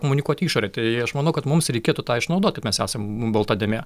komunikuoti į išorę tai aš manau kad mums reikėtų tą išnaudoti mes esam balta dėmė